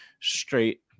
straight